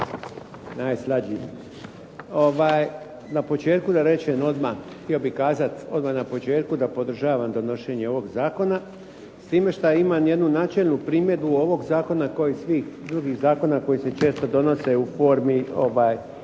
odmah da podržavam donošenje ovog zakona. S time što imam jednu načelnu primjedbu ovog zakona kojih svih drugih zakona